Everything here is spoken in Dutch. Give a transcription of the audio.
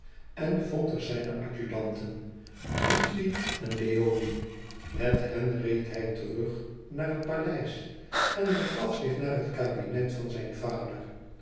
en vond er zijne adjudanten dutri en leoni met hen reed hij terug naar het paleis en begaf zich naar het kabinet van zijn vader